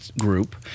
group